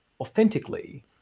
authentically